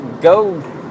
Go